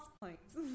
points